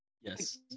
Yes